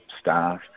staff